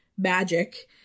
magic